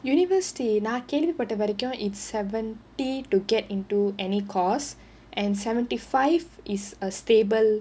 university நான் கேள்வி பட்ட வரைக்கும்:naan kelvi patta varaikum it's seventy to get into any course and seventy five is a stable